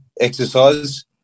exercise